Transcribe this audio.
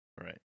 Right